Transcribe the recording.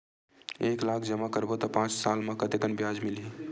एक लाख जमा करबो त पांच साल म कतेकन ब्याज मिलही?